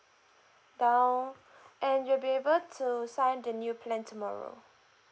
down and you'll be able to sign the new plan tomorrow